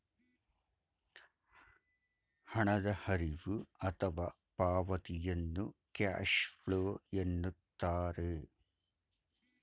ಹಣದ ಹರಿವು ಅಥವಾ ಪಾವತಿಯನ್ನು ಕ್ಯಾಶ್ ಫ್ಲೋ ಎನ್ನುತ್ತಾರೆ